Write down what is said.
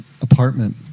apartment